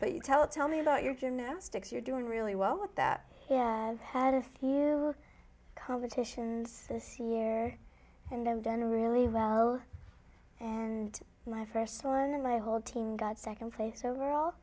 but you tell tell me about your gymnastics you're doing really well with that had a few competitions this year and i've done really well and my first one in my whole team got second place overall